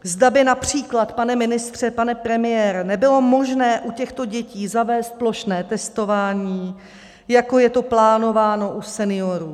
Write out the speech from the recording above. Zda by například, pane ministře, pane premiére, nebylo možné u těchto dětí zavést plošné testování, jako je to plánováno u seniorů.